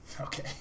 okay